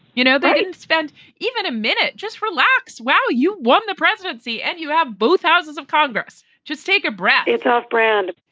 you know, they didn't spend even a minute. just relax. wow. you won the presidency and you have both houses of congress. just take a breath it's off brand.